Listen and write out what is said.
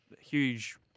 huge